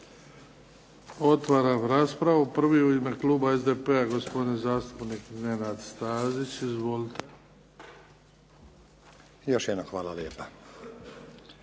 Otvaram raspravu. Prvi u ime kluba SDP-a gospodin zastupnik Nenad Stazić. Izvolite. **Stazić, Nenad